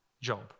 Job